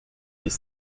des